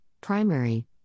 primary